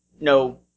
No